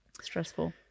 stressful